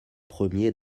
premiers